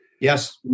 Yes